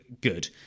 good